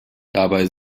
dabei